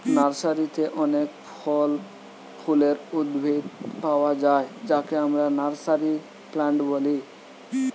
নার্সারিতে অনেক ফল ফুলের উদ্ভিদ পায়া যায় যাকে আমরা নার্সারি প্লান্ট বলি